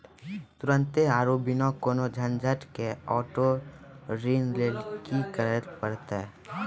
तुरन्ते आरु बिना कोनो झंझट के आटो ऋण लेली कि करै पड़तै?